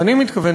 ואני מתכוון,